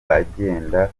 bagenda